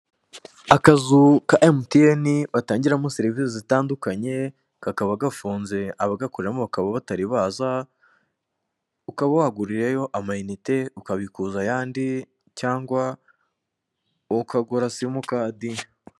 Akazu ka emutiyeni gatangirwamo serivise zitandukanye kakaba gafunze abagakoreramo bakaba batari baza, ukaba wagurirayo amayinite ukabikuza ayandi cyangwa ukagura simukadi.